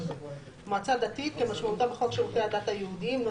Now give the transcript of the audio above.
"מועצה דתית" כמשמעותה בחוק שירותי הדת היהודיים ,